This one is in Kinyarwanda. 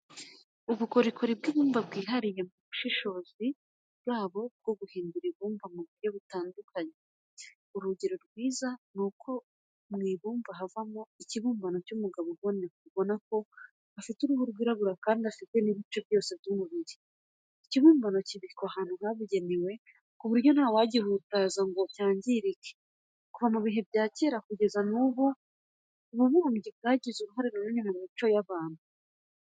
Ubukorikori bw'ibumba bwihariye mu bushobozi bwabo bwo guhindura ibumba mu buryo butandukanye. Urugero rwiza nuko mw'ibumba havamo ikibumbano cy'umugabo ubonako afite uruhu rwirabura kandi afite n'ibice byose by'umubiri. Ikibumbano kibikwa ahantu habugenewe kuburyo ntawagihutaza ngo cyangirike. Kuva mu bihe bya kera kugeza na n'ubu, ububumbyi bwagize uruhare runini mu mico y'abantu.